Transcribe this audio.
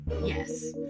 yes